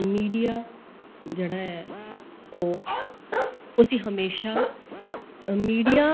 media जेह्ड़ा ऐ ओह् उस्सी हमेशा मीडिया